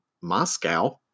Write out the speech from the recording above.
Moscow